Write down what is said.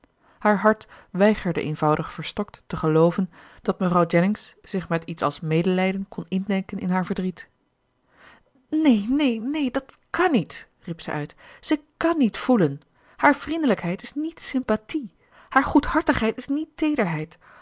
haar hart weigerde eenvoudig verstokt te gelooven dat mevrouw jennings zich met iets als medelijden kon indenken in haar verdriet neen neen neen dat kàn niet riep zij uit zij kàn niet voelen haar vriendelijkheid is niet sympathie haar goedhartigheid is niet teederheid